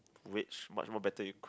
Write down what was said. which much more better equip